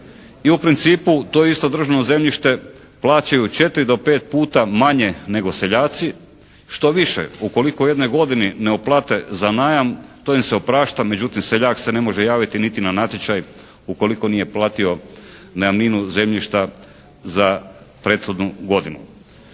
I u principu to je isto državno zemljište plaćaju 4 do 5 puta manje nego seljaci. Štoviše, ukoliko u jednoj godini ne uplate za najam to im se oprašta. Međutim seljak se ne može javiti niti na natječaj ukoliko nije platio najamninu zemljišta za prethodnu godinu.